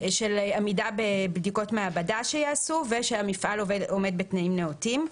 עמידה בבדיקות מעבדה שייעשו ושהמפעל עומד בתנאים נאותים.